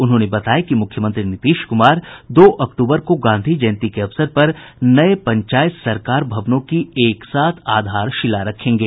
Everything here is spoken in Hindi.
उन्होंने बताया कि मुख्यमंत्री नीतीश कुमार दो अक्टूबर को गांधी जयंती के अवसर पर नये पंचायत सरकार भवनों की एक साथ आधारशिला रखेंगे